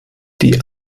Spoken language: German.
die